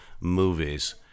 movies